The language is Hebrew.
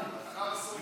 ערב הסעודית,